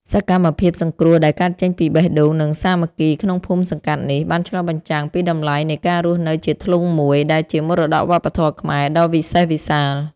សកម្មភាពសង្គ្រោះដែលកើតចេញពីបេះដូង និងសាមគ្គីភាពក្នុងភូមិសង្កាត់នេះ បានឆ្លុះបញ្ចាំងពីតម្លៃនៃ ការរស់នៅជាធ្លុងមួយ ដែលជាមរតកវប្បធម៌ខ្មែរដ៏វិសេសវិសាល។